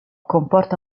comporta